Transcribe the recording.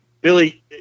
Billy